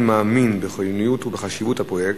מאמין בחיוניות ובחשיבות של הפרויקט?